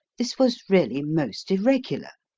this was really most irregular!